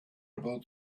about